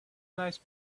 nice